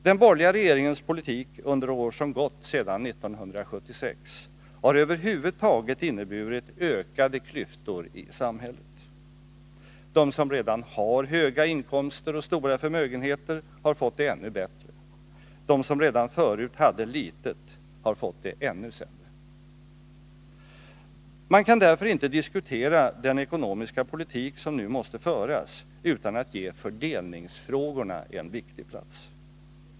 Den borgerliga regeringens politik under de år som gått sedan 1976 har över huvud taget inneburit ökade klyftor i samhället. De som redan har höga inkomster och stora förmögenheter har fått det ännu bättre. De som redan förut hade litet har fått det ännu sämre. Man kan därför inte diskutera den ekonomiska politik som nu måste föras utan att ge fördelningsfrågorna en viktig plats.